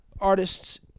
artists